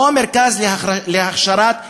או מרכז להכשרת פקידים.